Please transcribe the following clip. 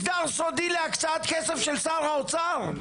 זה מסדר סודי להקצאת כסף של שר האוצר?